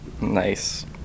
Nice